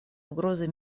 угрозой